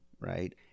right